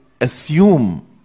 assume